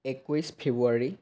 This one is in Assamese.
একৈছ ফেব্ৰুৱাৰী